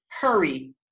Hurry